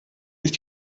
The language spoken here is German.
ist